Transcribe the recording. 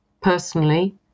personally